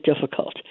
difficult